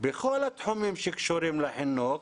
בכל התחומים שקשורים לחינוך.